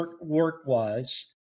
work-wise